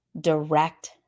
direct